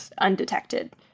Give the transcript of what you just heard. undetected